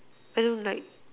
I don't like